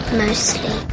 mostly